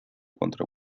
contra